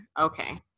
Okay